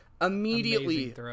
Immediately